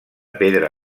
pedra